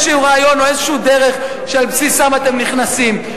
רעיון או איזו דרך שעל בסיסם הם נכנסים.